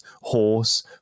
horse